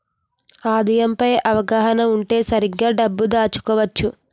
ఆదాయం పై అవగాహన ఉంటే సరిగ్గా డబ్బు దాచుకోవచ్చు